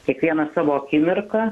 kiekvieną savo akimirką